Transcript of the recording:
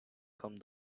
come